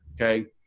Okay